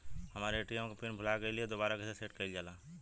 हमरे ए.टी.एम क पिन भूला गईलह दुबारा कईसे सेट कइलजाला?